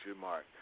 mark